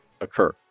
occur